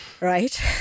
right